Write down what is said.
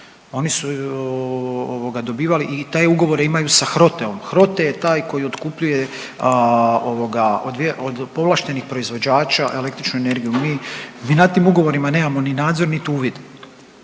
ovoga, dobivali i taj ugovor imaju sa HROTE-om, HROTE je taj koji otkupljuje ovoga, od povlaštenih proizvođača električnu energiju, mi na tim ugovorima nemamo ni nadzor nit uvid.